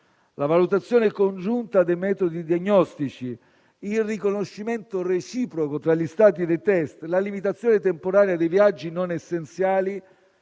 la valutazione congiunta dei metodi diagnostici, il riconoscimento reciproco tra gli Stati dei test, la limitazione temporanea dei viaggi non essenziali